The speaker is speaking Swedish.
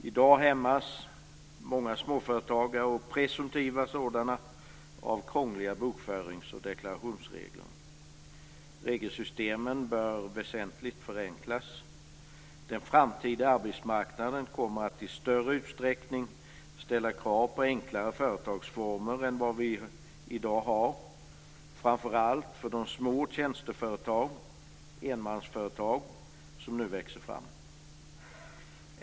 I dag hämmas många småföretagare och presumtiva sådana av krångliga bokförings och deklarationsregler. Regelsystemen bör väsentligt förenklas. Den framtida arbetsmarknaden kommer att i större utsträckning ställa krav på enklare företagsformer än vad vi i dag har, framför allt för de små tjänsteföretag och enmansföretag som nu växer fram.